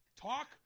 Talk